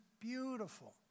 beautiful